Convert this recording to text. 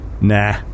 Nah